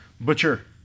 butcher